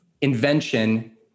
invention